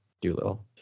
doolittle